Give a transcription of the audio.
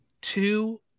two